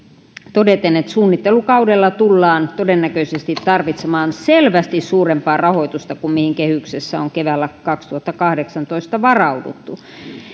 todeten että suunnittelukaudella tullaan todennäköisesti tarvitsemaan selvästi suurempaa rahoitusta kuin mihin kehyksessä on keväällä kaksituhattakahdeksantoista varauduttu